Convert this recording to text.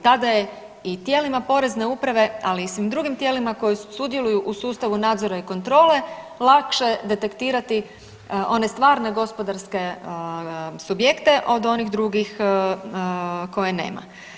Tada je i tijelima Porezne uprave, ali i svim drugim tijelima koji sudjeluju u sustavu nadzora i kontrole lakše detektirati one stvarne gospodarske subjekte od onih drugih koje nema.